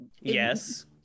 Yes